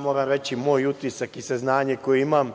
Moram reći da je moj utisak i saznanje koje imam